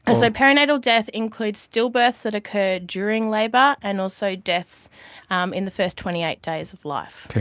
ah so perinatal death includes stillbirths that occur during labour and also deaths um in the first twenty eight days of life. okay,